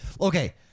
Okay